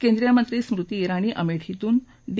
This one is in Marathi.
केंद्रीय मंत्री स्मृती तोणी अमेठीतून डी